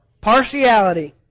Partiality